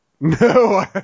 No